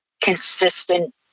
consistent